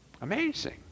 amazing